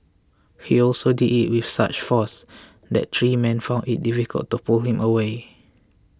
he also did it with such force that three men found it difficult to pull him away